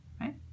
right